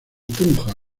tunja